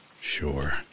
sure